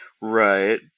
Right